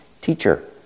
Teacher